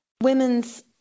women's